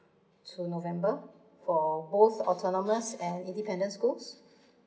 to november for both autonomous and independence schools